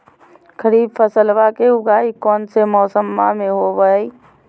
खरीफ फसलवा के उगाई कौन से मौसमा मे होवय है?